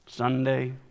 Sunday